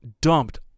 dumped